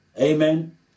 Amen